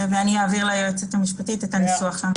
ואני אעביר ליועצת המשפטית את הניסוח.